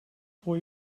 voor